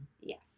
Yes